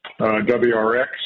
WRX